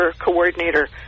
coordinator